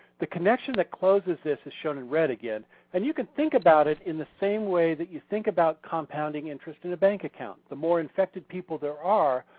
the connection that closes this is shown in red again and you can think about it in the same way that you think about compounding interest in a bank account. the more infected people there are,